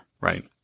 right